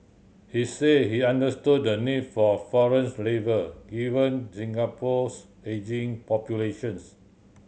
he said he understood the need for foreign labour given Singapore's ageing populations